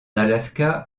alaska